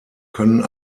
können